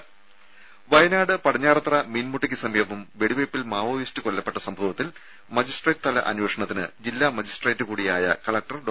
രുമ വയനാട് പടിഞ്ഞാറത്തറ മീൻമുട്ടിയ്ക്ക് സമീപം വെടിവെപ്പിൽ മാവോയിസ്റ്റ് കൊല്ലപ്പെട്ട സംഭവത്തിൽ മജിസ്ട്രേറ്റ്തല അന്വേഷണത്തിന് ജില്ലാ മജിസ്ട്രേറ്റ് കൂടിയായ കലക്ടർ ഡോ